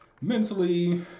mentally